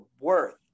worth